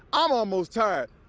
i'm almost tired.